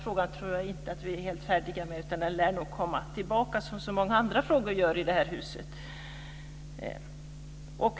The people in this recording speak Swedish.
Jag tror inte att vi är helt färdiga med denna fråga, utan den lär nog komma tillbaka som så många andra frågor gör i det här huset.